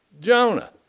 Jonah